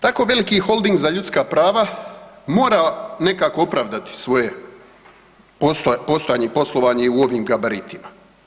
Tako veliki holding za ljudska prava mora nekako opravdati svoje postojanje i poslovanje u ovim gabaritima.